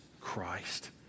Christ